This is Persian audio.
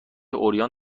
عریان